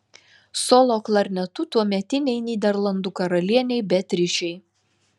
solo klarnetu tuometei nyderlandų karalienei beatričei